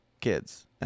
kids